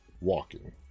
walking